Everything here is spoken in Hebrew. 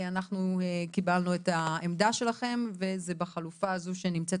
אנחנו קיבלנו את העמדה שלכם וזה בחלופה הזו שנמצאת